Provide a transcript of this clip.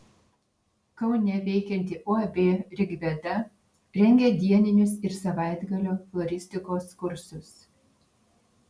kaune veikianti uab rigveda rengia dieninius ir savaitgalio floristikos kursus